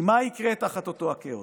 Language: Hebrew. כי מה יקרה תחת אותו הכאוס?